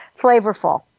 flavorful